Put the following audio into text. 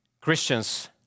Christians